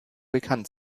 bekannt